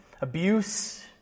abuse